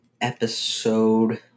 episode